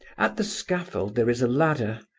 at the scaffold there is a ladder,